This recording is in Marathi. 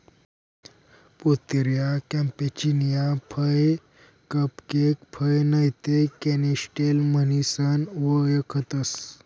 पोतेरिया कॅम्पेचियाना फय कपकेक फय नैते कॅनिस्टेल म्हणीसन वयखतंस